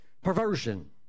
perversion